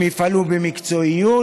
הם יפעלו במקצועיות,